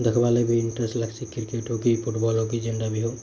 ଦେଖବାର୍ ଲାଗି ବି ଇଂଟରେଷ୍ଟ ଲାଗ୍ସି କ୍ରିକେଟ୍ ହଉ କି ଫୁଟବଲ୍ ହଉ କି ଯେନ୍ତା ବି ହଉ